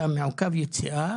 אתה מעוכב יציאה